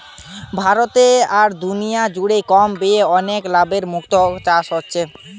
ভারতে আর দুনিয়া জুড়ে কম ব্যয়ে অনেক লাভে মুক্তো চাষ হচ্ছে